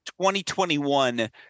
2021